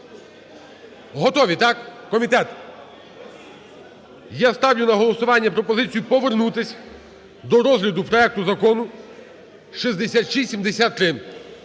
Готові, так? Комітет? Я ставлю на голосування пропозицію повернутись до розгляду проекту Закону 6673.